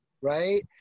right